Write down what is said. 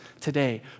today